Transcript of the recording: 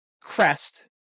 crest